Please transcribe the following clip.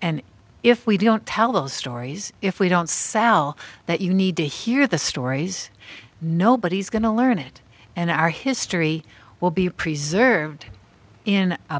and if we don't tell those stories if we don't sell that you need to hear the stories nobody's going to learn it and our history will be preserved in a